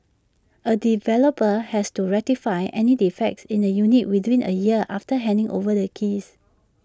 A developer has to rectify any defects in the units within A year after handing over the keys